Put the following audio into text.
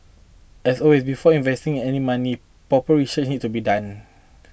as always before investing any money proper research needs to be done